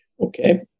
Okay